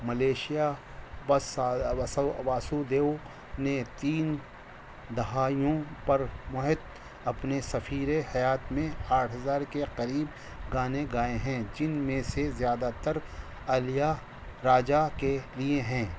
Malaysia Vasudev نے تین دہائیوں پر محط اپنے سفیر حیات میں آٹھ ہزار کے قریب گانے گائے ہیں جن میں سے زیادہ تر الیا راجا کے لیے ہیں